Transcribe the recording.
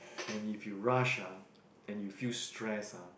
and if you rush ah and you feel stressed ah